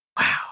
Wow